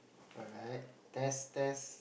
alright test test